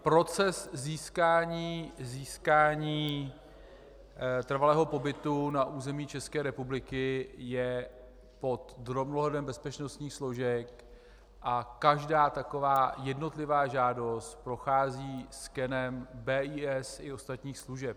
Proces získání trvalého pobytu na území České republiky je pod drobnohledem bezpečnostních složek a každá taková jednotlivá žádost prochází skenem BIS i ostatních služeb.